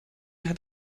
hat